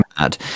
mad